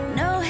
no